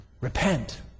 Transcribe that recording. Repent